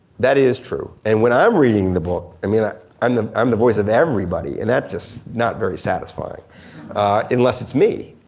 that is true and when i'm reading the book, i mean i'm the i'm the voice of everybody and that's just not very satisfying unless it's me.